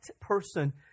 person